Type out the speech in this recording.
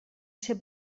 ser